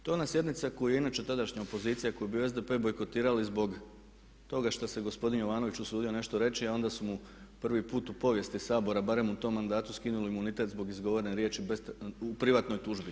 To je ona sjednica koju je inače tadašnja opozicija koji je bio SDP bojkotirali zbog toga što se gospodin Jovanović usudio nešto reći a onda su mu prvi put u povijesti Sabora barem u tom mandatu skinuli imunitet zbog izgovorene riječi u privatnoj tužbi.